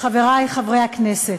חברי חברי הכנסת,